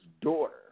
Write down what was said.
daughter